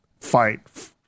fight